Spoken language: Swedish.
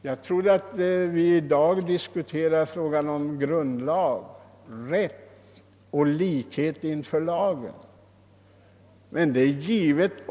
Jag trodde att vi i dag diskuterade frågorna om grundlag och likhet inför lagen.